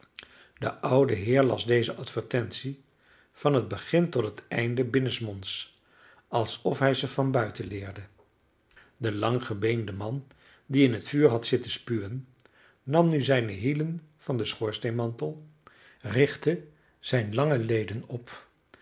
de oude heer las deze advertentie van het begin tot het einde binnensmonds alsof hij ze van buiten leerde de langgebeende man die in het vuur had zitten spuwen nam nu zijne hielen van den schoorsteenmantel richtte zijne lange leden op